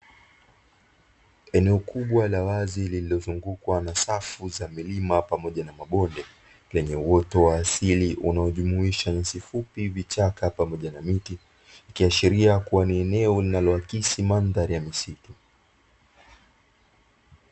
Eneo kubwa la wazi lililozungukwa na safu za milima pamoja na mabonde, lenye uoto wa asili unaojumuisha nyasi fupi, vichaka pamoja na miti ikiashiria kuwa ni eneo linaloakisi mandhari ya misitu.